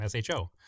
SHO